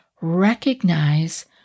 recognize